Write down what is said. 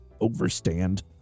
Overstand